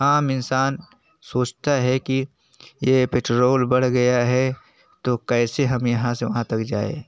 आम इन्सान सोचता है कि यह पेट्रोल बढ़ गया है तो कैसे हम यहाँ से वहाँ तक जाएँ